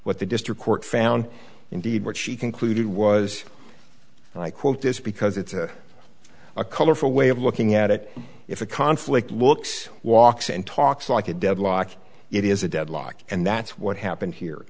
what the district court found indeed what she concluded was and i quote this because it's a colorful way of looking at it if a conflict looks walks and talks like a deadlock it is a deadlock and that's what happened here